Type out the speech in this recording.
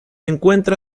encuentra